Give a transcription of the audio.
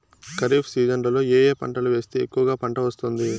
ఖరీఫ్ సీజన్లలో ఏ ఏ పంటలు వేస్తే ఎక్కువగా పంట వస్తుంది?